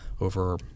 over